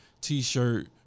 T-shirt